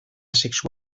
sexu